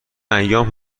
ایام